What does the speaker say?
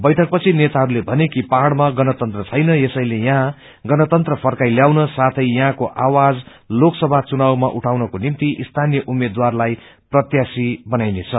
बैठकपछि नेताहरूले भने कि पहाइमा गणतन्त्र छैन यसैले यहाँ गणतन्त्र फर्काइल्याउन साथै यहाँको आवाज लोकसभा चुनावमा उठाउनको निम्ति स्थानीय उम्मेदवारलाई प्रत्याश्री बनाइने छ